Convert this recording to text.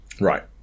right